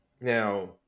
Now